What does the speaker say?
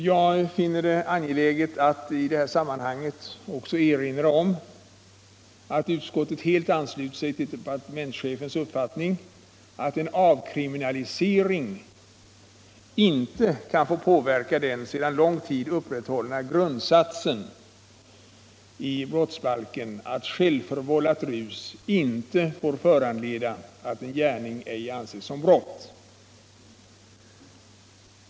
Jag finner det angeläget i sammanhanget att också erinra om alt utskottet helt ansluter sig till departementschefens uppfattning att en avkriminalisering inte kan få påverka den sedan lång tid upprätthållna grundsatsen i brousbalken att självförvållat rus inte får föranleda att en gärning inte anses som brott.